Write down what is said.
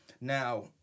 Now